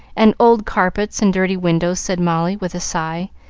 and old carpets and dirty windows, said molly, with a sigh,